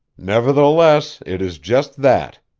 nevertheless, it is just that,